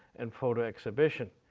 and photo exhibition.